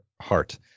heart